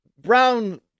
brown